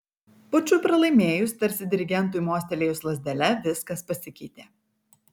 pučui pralaimėjus tarsi dirigentui mostelėjus lazdele viskas pasikeitė